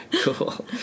Cool